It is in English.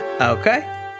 Okay